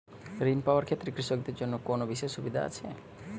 ঋণ পাওয়ার ক্ষেত্রে কৃষকদের জন্য কোনো বিশেষ সুবিধা আছে?